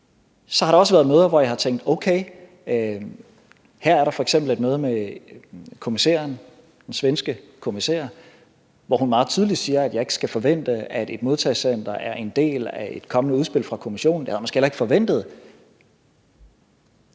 Så har der også været andre møder, f.eks. et møde med den svenske kommissær, hvor hun meget tydeligt siger, at jeg ikke skal forvente, at et modtagecenter er en del af et kommende udspil fra Kommissionen. Det havde jeg måske heller ikke forventet,